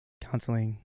counseling